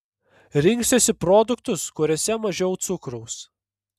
rinksiuosi produktus kuriuose mažiau cukraus